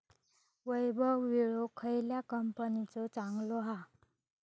वैभव विळो खयल्या कंपनीचो चांगलो हा?